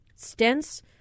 Stents